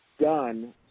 done